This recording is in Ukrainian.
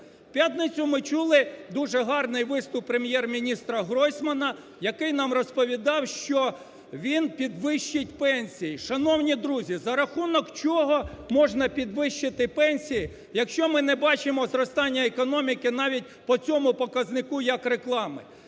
п'ятницю ми чули дуже гарний виступ Прем'єр-міністра Гройсмана, який нам розповідав, що він підвищить пенсії. Шановні друзі, за рахунок чого можна підвищити пенсії, якщо ми не бачимо зростання економіки навіть по цьому показнику як реклами.